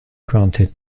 granted